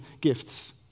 gifts